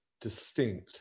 distinct